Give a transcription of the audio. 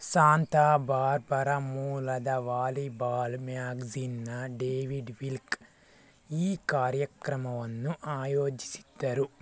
Santa Barbara ಮೂಲದ volleyball ಮ್ಯಾಗ್ಝೀನ್ನ David Wilk ಈ ಕಾರ್ಯಕ್ರಮವನ್ನು ಆಯೋಜಿಸಿದ್ದರು